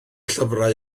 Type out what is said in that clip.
llyfrau